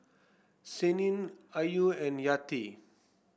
Senin Ayu and Yati